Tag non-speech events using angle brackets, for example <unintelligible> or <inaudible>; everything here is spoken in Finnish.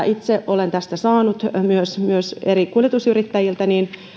<unintelligible> itse olen tästä saanut myös eri kuljetusyrittäjiltä